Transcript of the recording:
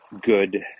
good